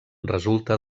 resulta